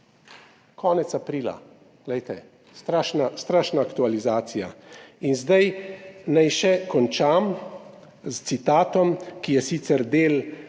konec aprila. Glejte, strašna aktualizacija. In zdaj naj še končam s citatom, ki je sicer del